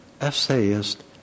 essayist